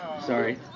Sorry